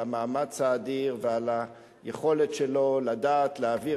על המאמץ האדיר ועל היכולת שלו לדעת להעביר